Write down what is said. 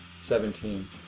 Seventeen